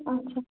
اچھا